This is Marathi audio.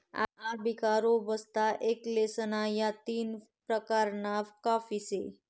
अरबिका, रोबस्ता, एक्सेलेसा या तीन प्रकारना काफी से